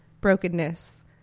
brokenness